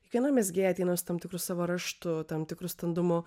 kiekviena mezgėja ateina su tam tikru savo raštu tam tikru standumu